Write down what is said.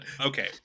Okay